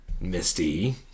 Misty